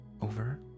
over